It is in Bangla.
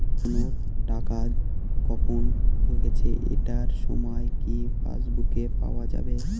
কোনো টাকা কখন ঢুকেছে এটার সময় কি পাসবুকে পাওয়া যাবে?